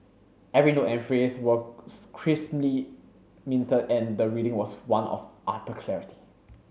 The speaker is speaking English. every note and phrase was crisply minted and the reading was one of utter clarity